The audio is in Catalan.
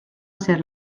ser